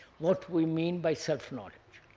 what we mean by self-knowledge.